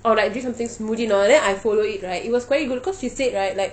or like drink something smoothie you know then I follow it right it was very good cause she said right like